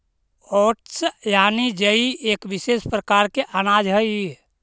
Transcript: oats यानि जई एक विशेष प्रकार के अनाज हइ